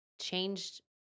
changed